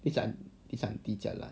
this aunty aunty jialat